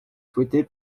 souhaité